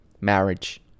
marriage